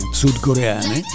sudcoreane